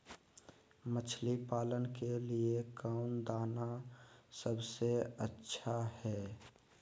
मछली पालन के लिए कौन दाना सबसे अच्छा है?